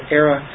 era